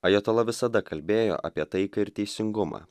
ajatola visada kalbėjo apie taiką ir teisingumą